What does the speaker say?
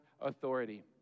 authority